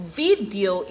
video